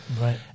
Right